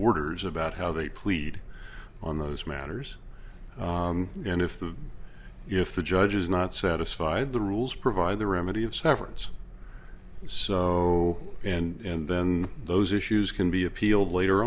workers about how they plead on those matters and if the if the judge is not satisfied the rules provide the remedy of severance so and then those issues can be appealed later